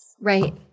right